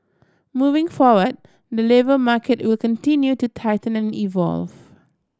moving forward the labour market will continue to tighten and evolve